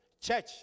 Church